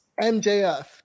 MJF